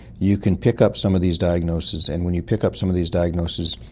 you can pick up some of these diagnoses. and when you pick up some of these diagnoses,